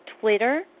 Twitter